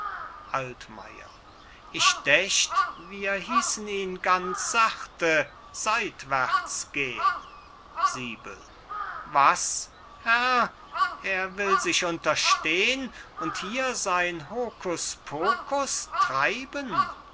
ich dächt wir hießen ihn ganz sachte seitwärts gehn was herr er will sich unterstehn und hier sein hokuspokus treiben